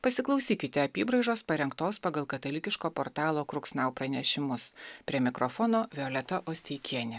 pasiklausykite apybraižos parengtos pagal katalikiško portalo kruksnau pranešimus prie mikrofono violeta osteikienė